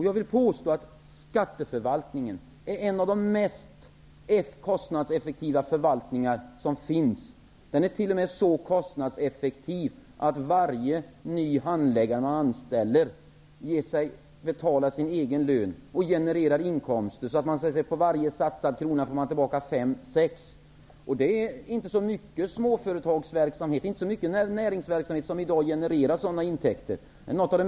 Jag vill påstå att skatteförvaltningen är en av de mest kostnadseffektiva förvaltningar som finns. Den är t.o.m. så kostnadseffektiv att varje ny handläggare man anställer betalar sin egen lön och genererar inkomster så att man på varje satsad krona får tillbaka fem sex. Det är inte så mycket näringsverksamhet som i dag genererar sådana intäkter.